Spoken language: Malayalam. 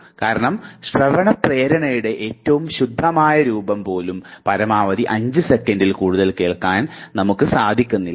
കാരണം ശ്രവണ പ്രേരണയുടെ ഏറ്റവും ശുദ്ധമായ രൂപം പോലും പരമാവധി 5 സെക്കൻറിൽ കൂടുതൽ കേൾക്കാൻ നിങ്ങൾക്ക് സാധിക്കുന്നില്ല